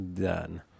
Done